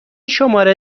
شماره